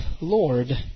Lord